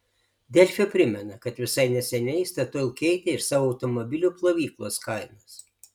delfi primena kad visai neseniai statoil keitė ir savo automobilių plovyklos kainas